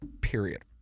Period